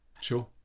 Sure